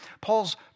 Paul's